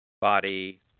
Body